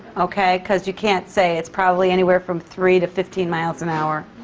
okay? because you can't say. it's probably anywhere from three to fifteen miles an hour.